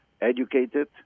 educated